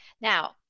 Now